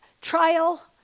trial